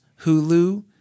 Hulu